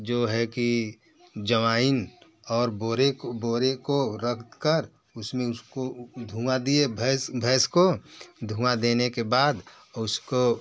जो है कि जमाईन और बोर को बोरे को रख कर उस में उसको धुआँ दिए भैंस भैंस को धुआँ देने के बाद उसको